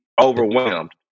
overwhelmed